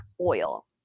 oil